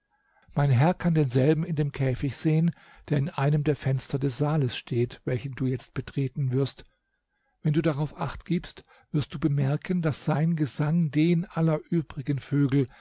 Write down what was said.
mein herr kann denselben in dem käfig sehen der in einem der fenster des saales steht welchen du jetzt betreten wirst wenn du darauf acht gibst wirst du bemerken daß sein gesang den aller übrigen vögel